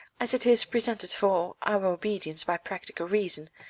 as it is presented for our obedience by practical reason,